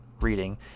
reading